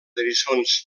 eriçons